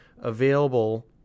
available